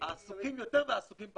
העסוקים יותר והעסוקים פחות.